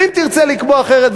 ואם תרצה לקבוע אחרת,